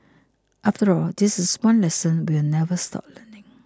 after all this is one lesson we will never stop learning